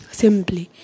simply